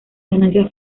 ganancias